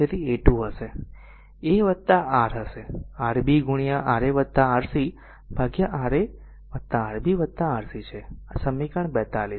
તેથી a 2 હશે a R હશે Rb into Ra Rc by Ra Rb Rc છે આ સમીકરણ 42 છે